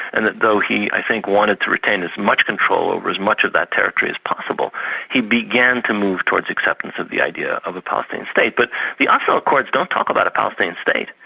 and though he i think wanted to retain as much control over as much of that territory as possible he began to move towards acceptance of the idea of a palestinian state, but the oslo accords, don't talk about a palestinian state,